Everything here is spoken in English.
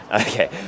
okay